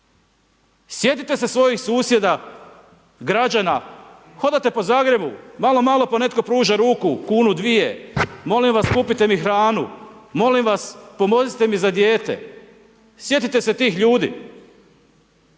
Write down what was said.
Sjetite se svojih susjeda, građana. Hodate po Zagrebu, malo malo pa netko pruža ruku kunu dvije, molim vas kupite mi hranu, molim vas pomozite mi za dijete. Sjetite se tih ljudi.